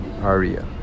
aria